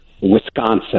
Wisconsin